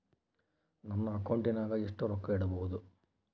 ನನ್ನ ಅಕೌಂಟಿನಾಗ ಎಷ್ಟು ರೊಕ್ಕ ಇಡಬಹುದು?